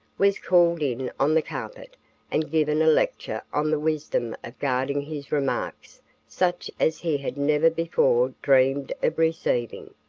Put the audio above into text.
was called in on the carpet and given a lecture on the wisdom of guarding his remarks such as he had never before dreamed of receiving.